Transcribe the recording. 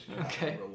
okay